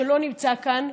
שלא נמצא כאן,